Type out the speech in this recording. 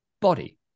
body